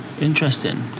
interesting